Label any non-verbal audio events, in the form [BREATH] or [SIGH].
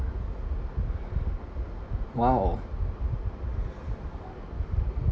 !wow! [BREATH]